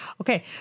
Okay